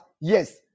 yes